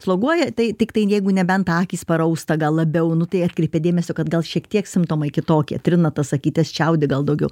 sloguoja tai tiktai jeigu nebent akys parausta gal labiau nu tai atkreipia dėmesio kad gal šiek tiek simptomai kitokie trina tas akytes čiaudi gal daugiau